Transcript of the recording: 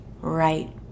right